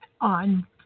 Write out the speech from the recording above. on